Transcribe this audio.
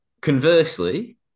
Conversely